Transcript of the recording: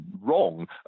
wrong